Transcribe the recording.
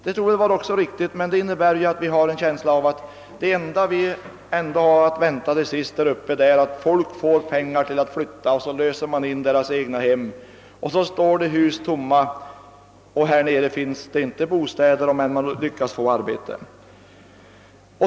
Det torde också vara riktigt, men det inger en känsla av att det enda vi till sist har att vänta där uppe är att folk får pengar för att flytta, man löser in deras egnahem och så står husen tomma, medan det här nere inte finns bostäder för dem som lyckas få arbete.